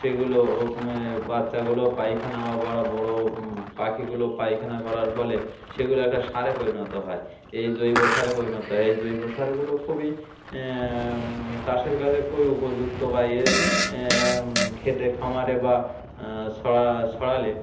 সেগুলো বাচ্চাগুলো পায়খানা বা বড়া বড়ো পাখিগুলো পায়খানা করার ফলে সেগুলো একটা সারে পরিণত হয় এই জৈব সারে পরিণত হয় এই জৈব সারগুলো খুবই চাষের কাজে খুবই উপযুক্ত বা এ খেতে খামারে বা সরা সরালে